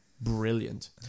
brilliant